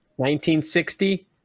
1960